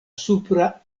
supra